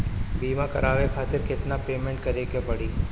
बीमा करावे खातिर केतना पेमेंट करे के पड़ी?